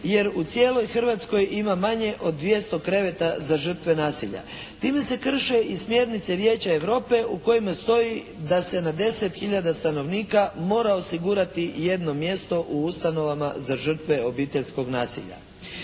jer u cijeloj Hrvatskoj ima manje od 200 kreveta za žrtve nasilja. Time se krše i smjernice Vijeća Europe u kojima stoji da se na 10 hiljada stanovnika mora osigurati jedno mjesto u ustanovama za žrtve obiteljskog nasilja.